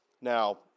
Now